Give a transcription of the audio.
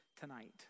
tonight